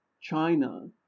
China